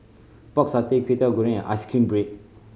Pork Satay Kway Teow Goreng ice cream bread